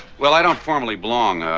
well, i don't formally belong.